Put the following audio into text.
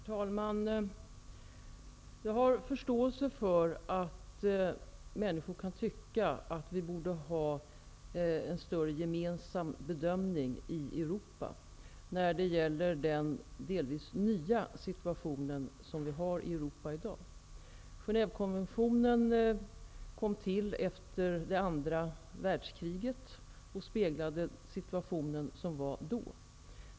Herr talman! Jag har förståelse för att människor kan tycka att vi i större utsträckning borde göra gemensamma bedömningar i Europa när det gäller den delvis nya situation som vi har i Europa i dag. Genèvekonventionen kom ju till efter andra världskriget och speglade situationen då.